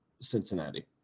Cincinnati